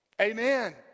Amen